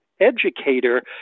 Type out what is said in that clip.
educator